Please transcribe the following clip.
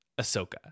Ahsoka